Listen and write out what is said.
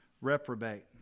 reprobate